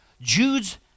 Jude's